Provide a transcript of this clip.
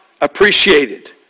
appreciated